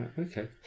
okay